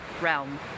realm